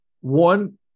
one